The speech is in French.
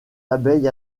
abeilles